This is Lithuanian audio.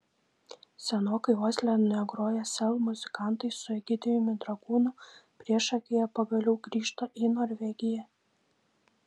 senokai osle negroję sel muzikantai su egidijumi dragūnu priešakyje pagaliau grįžta į norvegiją